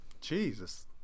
Jesus